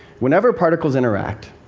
whenever particles interact,